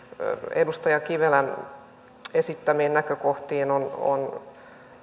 edustaja kivelän esittämiin näkökohtiin on on